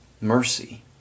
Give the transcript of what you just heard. mercy